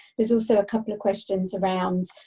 there's so so a couple of questions around